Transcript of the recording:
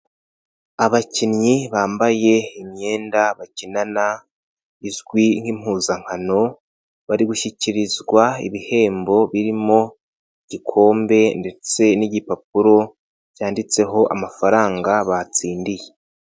Abakinnyi bambaye imyenda bakinana izwi nk'impuzankano, bari gushyikirizwa ibihembo birimo igikombe ndetse n'igipapuro cyanditseho amafaranga batsindiye.